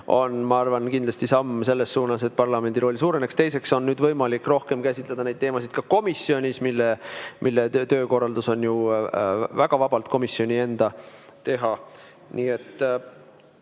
on, ma arvan, kindlasti samm selles suunas, et parlamendi roll suureneks. Teiseks on nüüd võimalik rohkem käsitleda neid teemasid ka komisjonis, mille töökorraldus on ju väga vabalt komisjoni enda teha.